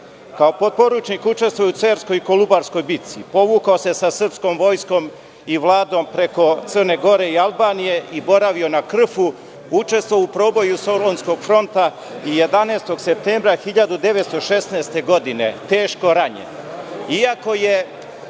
Kao potporučnik učestvuje u Cerskoj i Kolubarskoj bici. Povukao se sa srpskom vojskom i Vladom preko Crne Gore i Albanije i boravio na Krfu, učestvovao u proboju Solunskog fronta i 11. septembra 1916. godine teško je